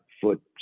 foot